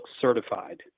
certified